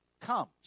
comes